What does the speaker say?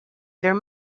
there